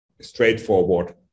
straightforward